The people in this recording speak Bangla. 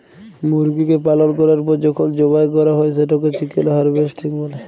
মুরগিকে পালল ক্যরার পর যখল জবাই ক্যরা হ্যয় সেটকে চিকেল হার্ভেস্টিং ব্যলে